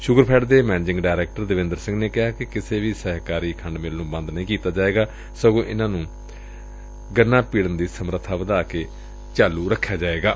ਸੁਗਰਫੈਡ ਦੇ managing director Devinder Singh ਨੇ ਕਿਹਾ ਕਿ ਕਿਸੇ ਵੀ ਸਹਿਕਾਰੀ ਖੰਡ ਮਿੱਲ ਨੂੰ ਬੰਦ ਨਹੀਂ ਕੀਤਾ ਜਾਏਗਾ ਸਗੋਂ ਇਨ੍ਪਾ ਦੀ ਗੰਨਾ ਪੀੜਨ ਦੀ ਸਮਰਬਾ ਵਧਾਈ ਜਾਏਗੀ